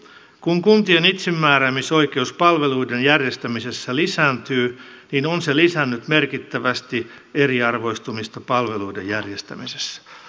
kun kuntien itsemääräämisoikeus palveluiden järjestämisessä lisääntyy niin on se lisännyt merkittävästi eriarvoistumista palveluiden järjestämisessä